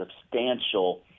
substantial